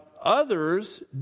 others